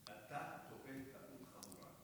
אתה טועה טעות חמורה.